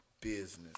business